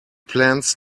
plans